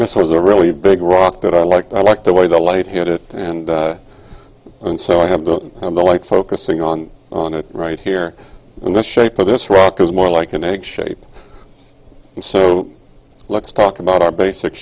this was a really big rock that i liked i like the way the light hit it and and so i have the number like focusing on on it right here in the shape of this rock is more like an egg shape and so let's talk about our basic